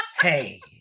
hey